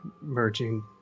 merging